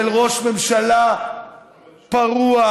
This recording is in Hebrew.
של ראש ממשלה פרוע,